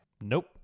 nope